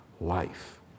life